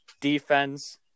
defense